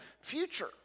future